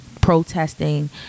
protesting